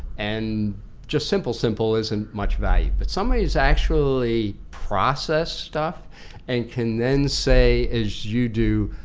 and just simple, simple isn't much value, but somebody's actually processed stuff and can then say as you do,